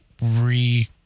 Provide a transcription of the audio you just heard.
re-